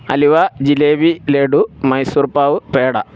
അലുവ jalebi laddu Mysore pak peda